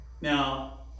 Now